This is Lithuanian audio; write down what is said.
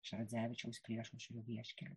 iš radzevičiaus priešaušrio vieškelių